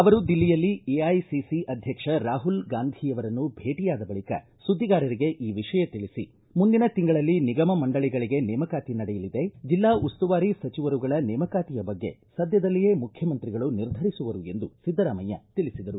ಅವರು ದಿಲ್ಲಿಯಲ್ಲಿ ಎಐಸಿಸಿ ಅಧ್ಯಕ್ಷ ರಾಹುಲ್ ಗಾಂಧಿಯವರನ್ನು ಭೇಟಿಯಾದ ಬಳಿಕ ಸುದ್ದಿಗಾರರಿಗೆ ಈ ವಿಷಯ ತಿಳಿಸಿ ಮುಂದಿನ ತಿಂಗಳಲ್ಲಿ ನಿಗಮ ಮಂಡಳಿಗಳಿಗೆ ನೇಮಕಾತಿ ನಡೆಯಲಿದೆ ಜಿಲ್ಲಾ ಉಸ್ತುವಾರಿ ಸಚಿವರುಗಳ ನೇಮಕಾತಿಯ ಬಗ್ಗೆ ಸದ್ಯದಲ್ಲಿಯೇ ಮುಖ್ಯಮಂತ್ರಿಗಳು ನಿರ್ಧರಿಸುವರು ಎಂದು ಸಿದ್ದರಾಮಯ್ಯ ತಿಳಿಸಿದರು